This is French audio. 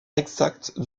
exacte